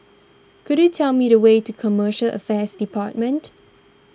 could you tell me the way to Commercial Affairs Department